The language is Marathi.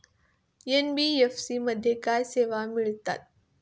एन.बी.एफ.सी मध्ये काय सेवा मिळतात?